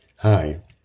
Hi